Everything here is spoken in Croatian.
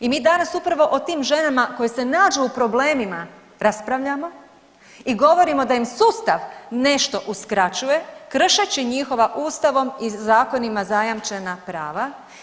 I mi danas upravo o tim ženama koje se nađu u problemima raspravljamo i govorimo da im sustav nešto uskraćuje kršeći njihova Ustavom i zakonima zajamčena prava.